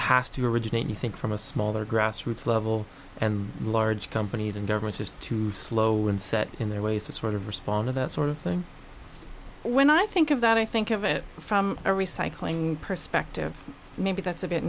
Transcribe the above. has to originate you think from a smaller grassroots level and large companies and governments is too slow and set in their ways to sort of respond to the sort of thing when i think of that i think of it from a recycling perspective maybe that's a bit